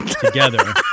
together